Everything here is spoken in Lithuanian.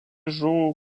žuvo